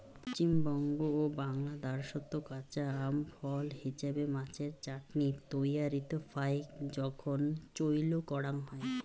পশ্চিমবঙ্গ ও বাংলাদ্যাশত কাঁচা আম ফল হিছাবে, মাছের চাটনি তৈয়ারীত ফাইক জোখন চইল করাং হই